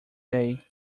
day